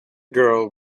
girl